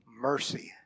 mercy